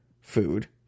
food